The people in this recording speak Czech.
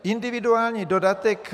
Individuální dodatek.